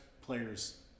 players